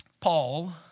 Paul